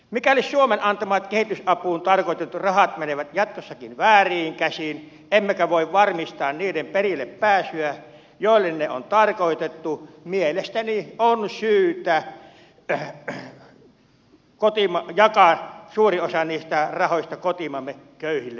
mikäli suomen antamat kehitysapuun tarkoitetut rahat menevät jatkossakin vääriin käsiin emmekä voi varmistaa niiden perillepääsyä niille joille ne on tarkoitettu mielestäni on syytä jakaa suurin osa niistä rahoista kotimaamme köyhille ja kurjille